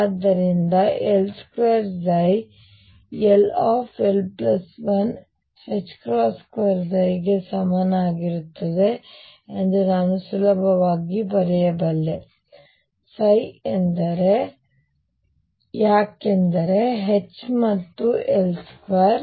ಆದ್ದರಿಂದ L2 ll12 ψ ಗೆ ಸಮನಾಗಿರುತ್ತದೆ ಎಂದು ನಾನು ಸುಲಭವಾಗಿ ಬರೆಯಬಲ್ಲೆ ψ ಯಾಕೆಂದರೆ H ಮತ್ತು L2